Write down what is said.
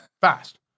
fast